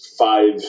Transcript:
five